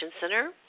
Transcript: Center